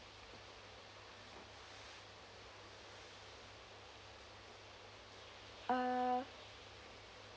uh